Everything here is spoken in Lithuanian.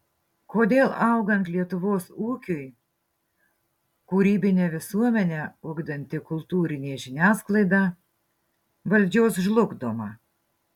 kodėl augant lietuvos ūkiui kūrybinę visuomenę ugdanti kultūrinė žiniasklaida valdžios žlugdoma